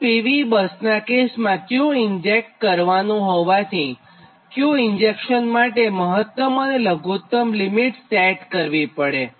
તો PV બસનાં કેસમાં Q ઇન્જેક્ટ કરવાનું હોવાથી Q ઇન્જેક્શન માટે મહત્ત્મ અને લઘુત્ત્મ લિમીટ સેટ કરવી પડે